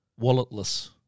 Walletless